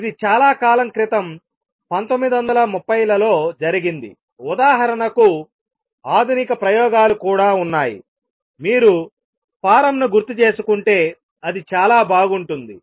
ఇది చాలా కాలం క్రితం 1930 లలో జరిగింది ఉదాహరణకు ఆధునిక ప్రయోగాలు కూడా ఉన్నాయి మీరు ఫారమ్ను గుర్తుచేసుకుంటే అది చాలా బాగుంటుంది